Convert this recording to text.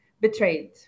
Betrayed